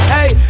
Hey